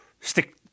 stick